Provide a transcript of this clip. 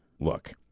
Look